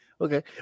Okay